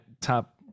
top